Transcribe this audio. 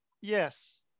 Yes